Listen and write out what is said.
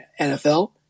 NFL